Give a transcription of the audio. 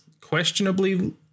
questionably